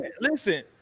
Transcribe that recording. listen